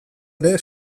ere